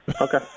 Okay